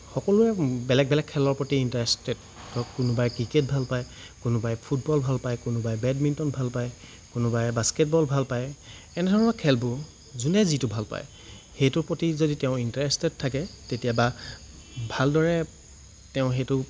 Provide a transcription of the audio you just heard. সকলোৱে বেলেগ বেলেগ খেলৰ প্ৰতি ইন্টাৰেষ্টেট ধৰক কোনোবাই ক্ৰিকেট ভাল পায় কোনোবাই ফুটবল ভাল পায় কোনাবাই বেডমিণ্টন ভাল পায় কোনোবাই বাস্কেটবল ভাল পায় এনেধৰণৰ খেলবোৰ যোনে যিটো ভাল পায় সেইটোৰ প্ৰতি যদি তেওঁ ইন্টাৰেষ্টেট থাকে তেতিয়া বা ভালদৰে তেওঁ সেইটো